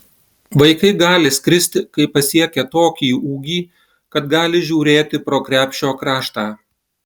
vaikai gali skristi kai pasiekia tokį ūgį kad gali žiūrėti pro krepšio kraštą